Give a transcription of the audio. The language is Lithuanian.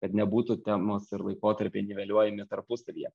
kad nebūtų temos ir laikotarpiai niveliuojami tarpusavyje